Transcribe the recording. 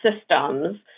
systems